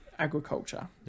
Agriculture